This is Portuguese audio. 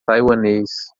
taiwanês